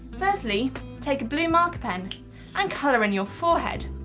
firstly take a blue marker pen and color in your forehead.